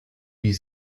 wie